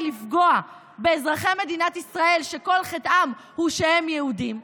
לפגוע באזרחי מדינת ישראל שכל חטאם הוא שהם יהודים,